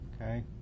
okay